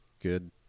good